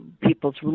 people's